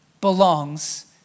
belongs